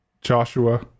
Joshua